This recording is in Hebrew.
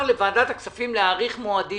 שלא להאריך את זה.